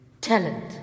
Talent